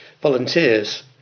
volunteers